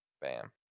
Bam